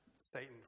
Satan